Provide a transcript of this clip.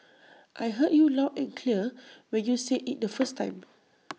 I heard you loud and clear when you said IT the first time